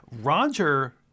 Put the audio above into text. Roger